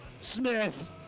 Smith